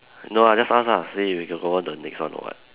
no ah just ask ah see if we can go on to the next one or what